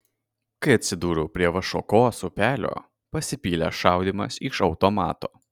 kai atsidūriau prie vašuokos upelio pasipylė šaudymas iš automato